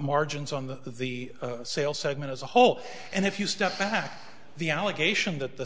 margins on the the sale segment as a whole and if you step back the allegation that the